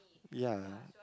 ya